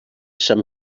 sant